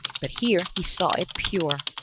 but here he saw it pure,